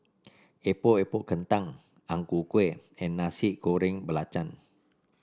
Epok Epok Kentang Ang Ku Kueh and Nasi Goreng Belacan